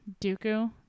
Dooku